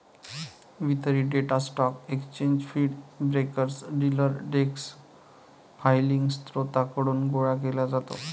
वितरित data stock exchange feed, brokers, dealer desk filing स्त्रोतांकडून गोळा केला जातो